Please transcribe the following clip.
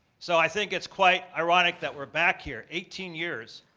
so i think it's quite ironic that we're back here, eighteen years,